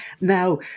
Now